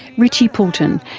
richie poulton,